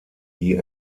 die